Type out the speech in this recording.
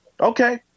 okay